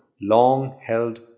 long-held